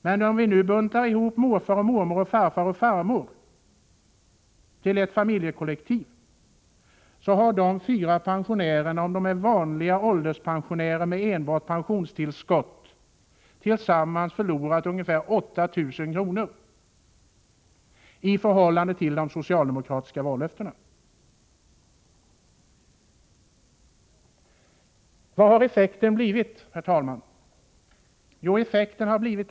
Men om vi nu buntar ihop mormor och morfar samt farmor och farfar till ett familjekollektiv, har de fyra pensionärerna om de är vanliga ålderspensionärer med enbart pensionstillskott tillsammans förlorat ungefär 8 000 kr. i förhållande till de socialdemokratiska vallöftena. Vad har effekten blivit, herr talman?